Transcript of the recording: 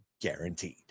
guaranteed